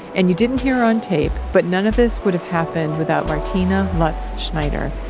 and you didn't hear on tape, but none of this would have happened without martina lutz schneider.